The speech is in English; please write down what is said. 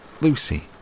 Lucy